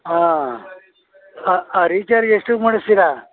ಹಾಂ ರೀಚಾರ್ಜ್ ಎಷ್ಟಕ್ಕೆ ಮಾಡಿಸ್ತೀರಾ